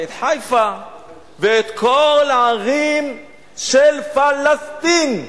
ואת חיפה ואת כל הערים של פלסטין.